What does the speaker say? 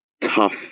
tough